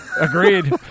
Agreed